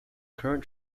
current